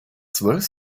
zwölf